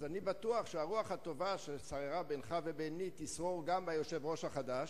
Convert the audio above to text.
אז אני בטוח שהרוח הטובה ששררה בינך וביני תשרור גם עם היושב-ראש החדש,